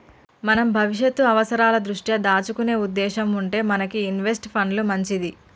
మనం భవిష్యత్తు అవసరాల దృష్ట్యా దాచుకునే ఉద్దేశం ఉంటే మనకి ఇన్వెస్ట్ పండ్లు మంచిది